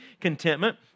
contentment